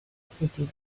city